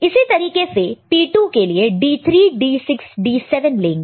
इसी तरीके से P2 के लिए D3 D6 D7 लेंगे